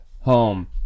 home